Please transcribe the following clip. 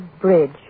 Bridge